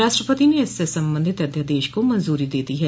राष्ट्रपति ने इससे संबंधित अध्यादेश को मंजूरी दे दी है